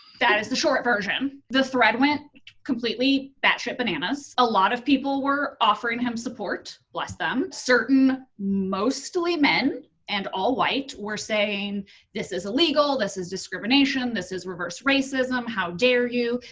that is the short version. the thread went completely batshit bananas. a lot of people were offering him support, bless them. certain, mostly men, and all white were saying this is illegal. this is discrimination. this is reverse racism. how dare you?